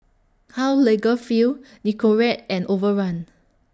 Karl Lagerfeld Nicorette and Overrun